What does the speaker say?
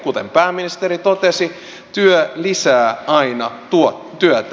kuten pääministeri totesi työ lisää aina työtä